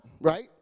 right